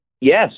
Yes